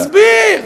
אדוני, אני מסביר.